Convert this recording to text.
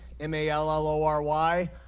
M-A-L-L-O-R-Y